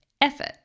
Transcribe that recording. effort